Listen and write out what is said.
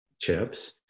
chips